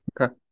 Okay